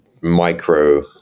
micro